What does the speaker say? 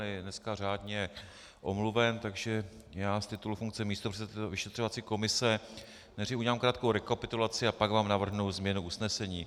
Je dneska řádně omluven, takže já z titulu funkce místopředsedy vyšetřovací komise nejdřív udělám krátkou rekapitulaci a pak vám navrhnu změnu usnesení.